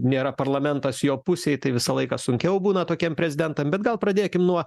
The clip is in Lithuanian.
nėra parlamentas jo pusėj tai visą laiką sunkiau būna tokiem prezidentam bet gal pradėkim nuo